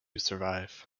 survive